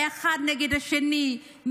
מישהו אחד נגד השני,